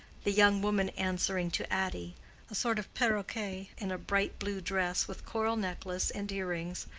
the young woman answering to addy a sort of paroquet in a bright blue dress, with coral necklace and earrings,